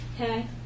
Okay